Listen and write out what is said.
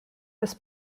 was